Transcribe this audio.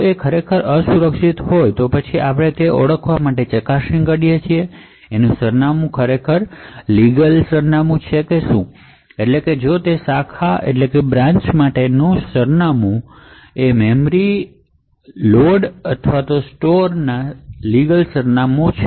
જો તે અસુરક્ષિત છે તો પછી આપણે તે ઓળખવા માટે ચકાસણી કરીએ છીએ કે સરનામું લીગલ સરનામું છે એટલે કે જો તે બ્રાન્ચ માટેનું ટાર્ગેટ સરનામું અથવા મેમરી લોડ અથવા સ્ટોર લીગલ સરનામું છે